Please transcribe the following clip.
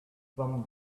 from